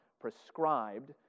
prescribed